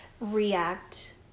react